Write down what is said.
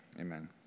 amen